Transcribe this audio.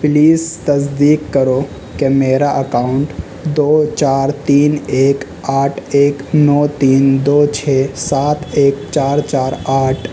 please تصدیق کرو کہ میرا اکاؤنٹ دو چار تین ایک آٹھ ایک نو تین دو چھ سات ایک چار چار آٹھ